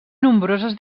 nombroses